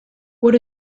what